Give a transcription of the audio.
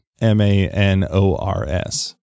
m-a-n-o-r-s